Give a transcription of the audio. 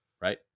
right